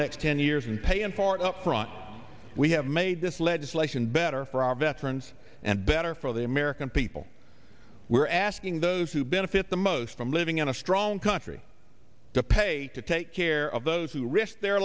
next ten years and pay in part up front we have made this legislation better for our veterans and better for the american people we're asking those who benefit the most from living in a strong country to pay to take care of those who risked their